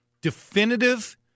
definitive